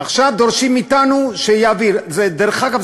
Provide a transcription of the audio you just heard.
עכשיו דורשים מאתנו להעביר דרך אגב,